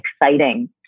exciting